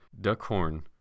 Duckhorn